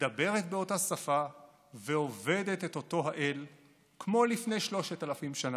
מדברת באותה שפה ועובדת את אותו האל כמו לפני 3,000 שנה",